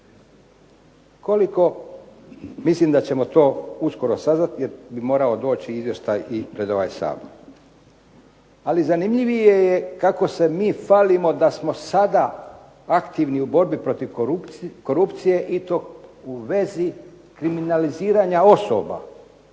Koliko mislim da ćemo to uskoro saznati jer bi morao doći izvještaj i pred ovaj Sabor. Ali zanimljivije je kako se mi hvalimo da smo sada aktivni u borbi protiv korupcije i to u vezi kriminaliziranja osoba,